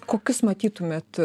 kokius matytumėt